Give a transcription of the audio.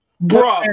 Bro